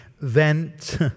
vent